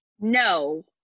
No